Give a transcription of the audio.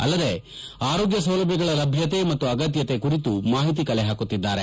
ಅಲ್ಲದೆ ಆರೋಗ್ಲ ಸೌಲಭ್ಯಗಳ ಲಭ್ಯತೆ ಮತ್ತು ಅಗತ್ಯತೆ ಕುರಿತು ಮಾಹಿತಿ ಕಲೆ ಹಾಕುತ್ತಿದ್ದಾರೆ